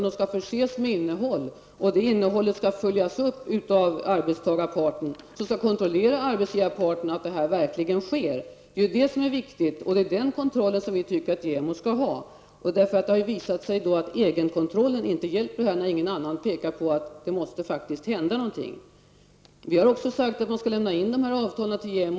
De skall förses med innehåll, och det innehållet skall följas upp av arbetstagarparten som skall kontrollera arbetsgivarparten att avtalen följs. Det är det som är viktigt, och det är den kontrollen som vi tycker att JämO skall utföra. Det har ju visat sig att egenkontrollen inte hjälper när inte någon annan pekar på att det faktiskt måste hända något. Vi har också sagt att dessa avtal skall lämnas in till JämO.